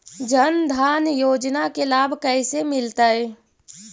जन धान योजना के लाभ कैसे मिलतै?